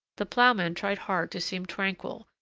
the ploughman tried hard to seem tranquil,